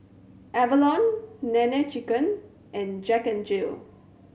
Avalon Nene Chicken and Jack N Jill